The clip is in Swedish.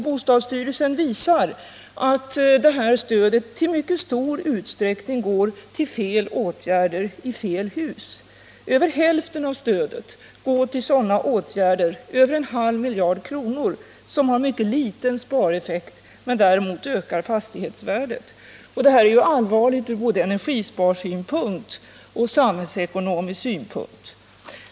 Bostadsstyrelsen visar att det här stödet i mycket stor utsträckning går till fel åtgärder i fel hus. Över hälften av stödet — mer än en halv miljard kronor — går till sådana åtgärder som har mycket liten spareffekt men däremot ökar fastighetsvärdet. Det är allvarligt både ur energisparsynpunkt och ur samhällsekonomisk synpunkt.